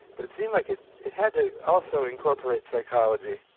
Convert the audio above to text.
but it seemed like it it had to also incorporate psychology.